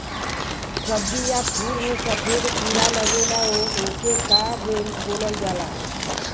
सब्ज़ी या फुल में सफेद कीड़ा लगेला ओके का बोलल जाला?